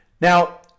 Now